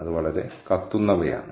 അത് വളരെ കത്തുന്നവയാണ്